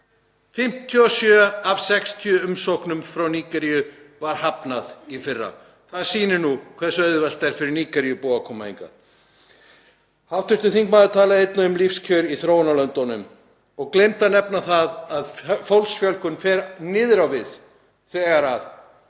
57 af 60 umsóknum frá Nígeríu var hafnað í fyrra. Það sýnir nú hversu auðvelt er fyrir Nígeríubúa að koma hingað. Hv. þingmaður talaði einnig um lífskjör í þróunarlöndunum og gleymdi að nefna að fólksfjölgun fer niður á við í